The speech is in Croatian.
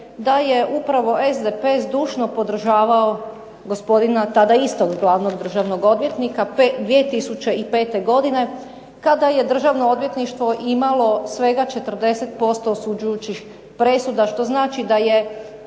da je upravo SDP zdušno podržavao gospodina tada istog glavnog državnog odvjetnika. 2005. godine kada je Državno odvjetništvo imalo svega 40% osuđujućih presuda. Što znači da su